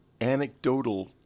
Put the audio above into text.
anecdotal